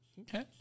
Okay